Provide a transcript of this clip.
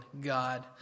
God